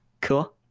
Cool